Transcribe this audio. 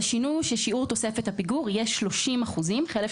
השינוי הוא ששיעור תוספת הפיגור יהיה 30% חלף